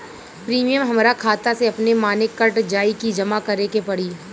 Premium हमरा खाता से अपने माने कट जाई की जमा करे के पड़ी?